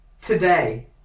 Today